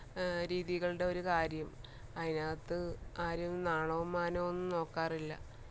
രീതികളുടെ ഒരു കാര്യം അതിനകത്ത് ആരും നാണവും മാനവുമൊന്നും നോക്കാറില്ല